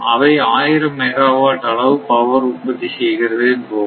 இவை ஆயிரம் மெகாவாட் அளவு பவரை உற்பத்தி செய்கிறது என்போம்